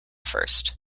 first